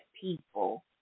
people